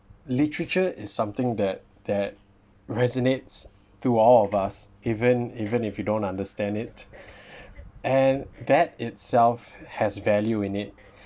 literature is something that that resonates to all of us even even if you don't understand it and that itself has value in it